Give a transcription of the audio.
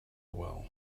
well